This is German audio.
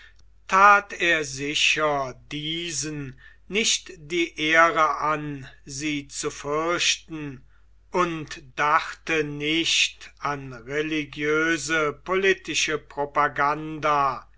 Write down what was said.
er sicher diesen nicht die ehre an sie zu fürchten und dachte nicht an religiöse politische propaganda